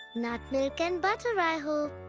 not milk and butter, i hope.